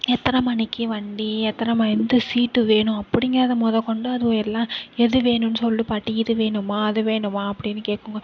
எத்தனை மணிக்கு வண்டி எத்தனை ம எந்த சீட்டு வேணும் அப்படிங்கிறத முதல் கொண்டு அதுவா எல்லாம் எது வேணும் சொல்லு பாட்டி இது வேணுமா அது வேணுமா அப்படின்னு கேட்குங்க